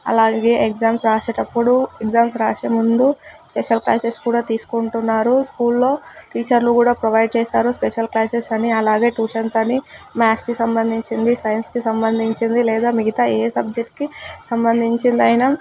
అలాగే ఎగ్జామ్స్ రాసేటప్పుడు ఎగ్జామ్స్ రాసే ముందు స్పెషల్ క్లాసెస్ కూడా తీసుకుంటున్నారు స్కూల్లో టీచర్లు కూడా ప్రొవైడ్ చేసారు స్పెషల్ క్లాసెస్ అని అలాగే ట్యూషన్స్ అని మ్యాథ్స్కి సంబంధించింది సైన్స్కి సంబంధించింది లేదా మిగతా ఏ సబ్జెక్టుకి సంబంధించింది అయిన